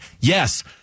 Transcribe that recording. Yes